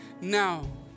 now